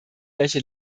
welche